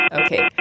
Okay